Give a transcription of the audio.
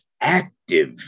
active